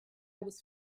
was